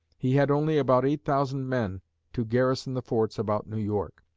he had only about eight thousand men to garrison the forts about new york.